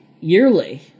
yearly